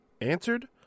Answered